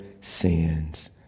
sins